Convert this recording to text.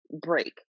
break